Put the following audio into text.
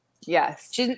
Yes